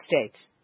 States